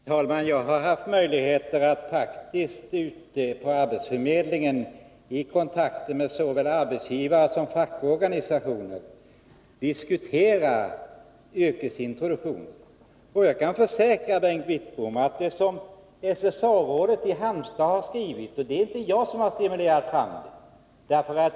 Herr talman! Jag har haft möjlighet att praktiskt ute på arbetsförmedlingen, i kontakt med såväl arbetsgivare som fackorganisationer, diskutera yrkesintroduktionen. Jag kan försäkra Bengt Wittbom att det inte är jag som har stimulerat fram det som SSA-rådet i Halmstad har skrivit.